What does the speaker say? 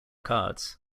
cards